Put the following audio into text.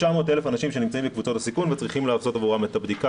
900,000 אנשים שנמצאים בקבוצות הסיכון וצריכים לעשות עבורם את הבדיקה